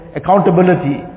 accountability